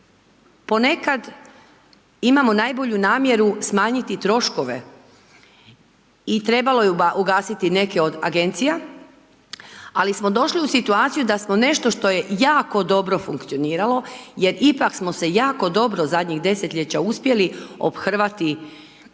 ponekad imamo najbolju namjeru, smanjiti troškove i trebalo je ugasiti neke od agencije, ali smo došli u situaciju, da smo nešto što je jako dobro funkcioniralo, jer ipak smo se jako dobro zadnjih desetljeće uspjeli ophrvati ovoj